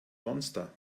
monster